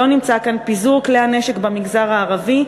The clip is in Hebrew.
שלא נמצא כאן: פיזור כלי הנשק במגזר הערבי,